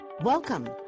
Welcome